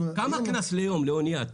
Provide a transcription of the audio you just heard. כמה קנס ליום, לאונייה?